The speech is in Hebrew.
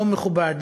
לא מכובד,